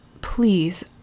please